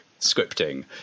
scripting